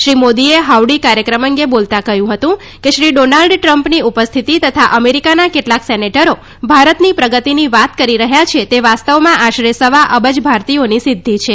શ્રી મોદીએ હાઉડી કાર્યક્રમ અંગે બોલતા કહ્યું હતું કેશ્રી ડોનાલ્ડ ટ્રમ્પની ઉપસ્થિતિ તથા અમેરિકાના કેટલાક સેનેટરો ભારતના પ્રગતિની વાત કરી રહ્યા છે તે વાસ્તવમાં આશરે સવા અબજ ભારતીયોની સિદ્ધી છે